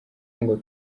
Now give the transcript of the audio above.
ngo